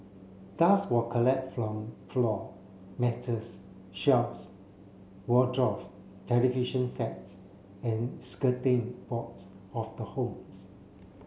dust were collect from floor matters shelves wardrobes television sets and skirting boards of the homes